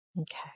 Okay